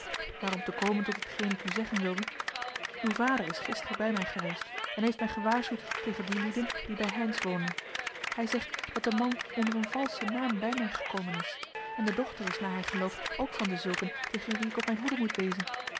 om te komen tot hetgeen ik u zeggen wilde uw vader is gisteren bij mij geweest en heeft mij gewaarschuwd tegen die lieden die bij heynsz wonen hij zegt dat de man onder een valschen naam bij mij gekomen is en de dochter is naar hij gelooft ook van dezulken tegen wie ik op mijn hoede moet wezen